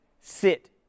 sit